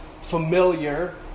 familiar